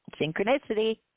Synchronicity